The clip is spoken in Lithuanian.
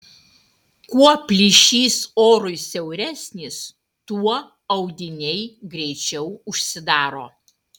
kuo plyšys orui siauresnis tuo audiniai greičiau užsidaro